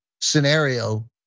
scenario